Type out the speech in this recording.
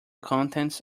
contents